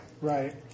Right